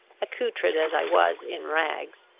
accoutred as i was, in rags.